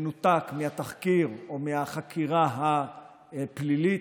מנותק מהתחקיר או מהחקירה הפלילית,